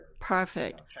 Perfect